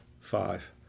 Five